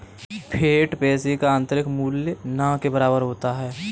fiat पैसे का आंतरिक मूल्य न के बराबर होता है